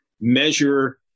measure